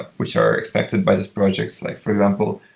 ah which are expected by this project. like for example,